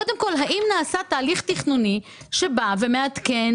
קודם כל, האם נעשה תהליך תכנוני שבא ומעדכן